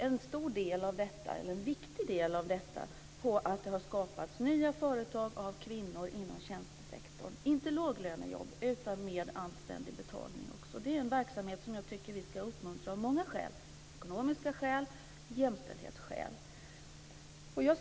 En viktig del av dessa resultat består av det har skapats nya företag av kvinnor inom tjänstesektorn, inte låglönejobb utan med anständig betalning. Detta är en verksamhet som vi borde uppmuntra av många skäl, av ekonomiska skäl och av jämställhetsskäl.